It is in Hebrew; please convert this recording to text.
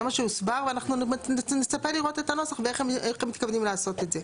זה מה שהוסבר ואנחנו נצפה לראות את הנוסח ואיך הם מתכוונים לעשות את זה.